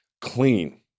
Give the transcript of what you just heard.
Clean